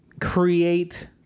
create